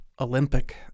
Olympic